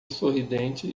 sorridente